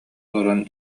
олорон